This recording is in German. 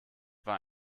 war